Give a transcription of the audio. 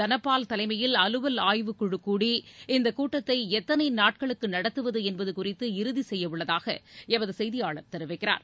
தனபால் தலைமையில் அலுவல் ஆயவுக்குழு கூடி இந்தக் கூட்டத்தை எத்தனை நாட்களுக்கு நடத்துவது என்பது குறித்து இறுதி செய்யவுள்ளதாக எமது செய்தியாளர் தெரிவிக்கிறார்